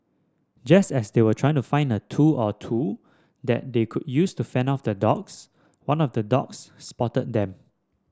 just as they were trying to find a tool or two that they could use to fend off the dogs one of the dogs spotted them